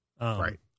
Right